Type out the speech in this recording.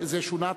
שונה התקנון?